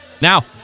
Now